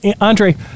Andre